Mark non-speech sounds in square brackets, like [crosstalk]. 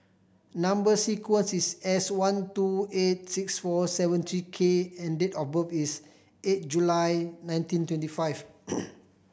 number sequence is S one two eight six four seven three K and date of birth is eight July nineteen twenty five [noise]